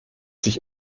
sich